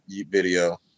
video